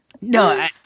No